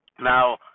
Now